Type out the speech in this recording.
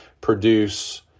produce